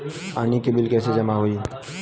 पानी के बिल कैसे जमा होयी?